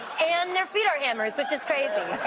and their feet are hammers which is crazy.